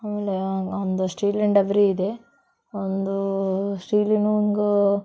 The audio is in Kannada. ಆಮೇಲೆ ಒಂದು ಸ್ಟೀಲಿನ ಡಬರಿ ಇದೆ ಒಂದು ಸ್ಟೀಲಿನಂಗೆ